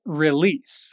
release